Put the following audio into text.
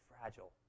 fragile